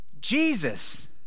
Jesus